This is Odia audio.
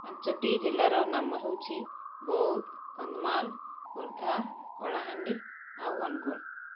ପାଞ୍ଚଟି ଜିଲ୍ଲାର ନାମ ହେଉଛି ବୌଦ୍ଧ କନ୍ଧମାଳ ଖୋର୍ଦ୍ଧା କଳାହାଣ୍ଡି ଆଉ ଅନୁଗୁଳ